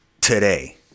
today